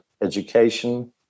education